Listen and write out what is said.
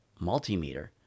multimeter